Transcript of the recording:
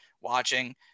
watching